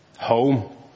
Home